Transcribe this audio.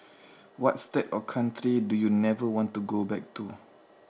what state or country do you never want to go back to